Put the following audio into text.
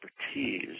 expertise